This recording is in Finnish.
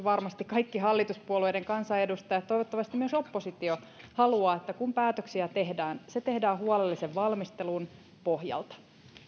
varmasti kaikki hallituspuolueiden kansanedustajat ja toivottavasti myös oppositio haluamme että kun päätöksiä tehdään ne tehdään huolellisen valmistelun pohjalta